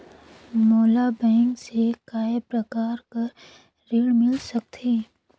मोला बैंक से काय प्रकार कर ऋण मिल सकथे?